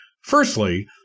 Firstly